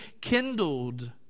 kindled